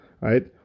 right